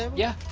yeah.